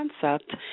concept